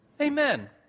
Amen